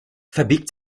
verbirgt